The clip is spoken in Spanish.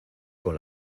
con